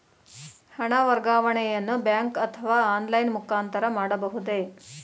ಹಣ ವರ್ಗಾವಣೆಯನ್ನು ಬ್ಯಾಂಕ್ ಅಥವಾ ಆನ್ಲೈನ್ ಮುಖಾಂತರ ಮಾಡಬಹುದೇ?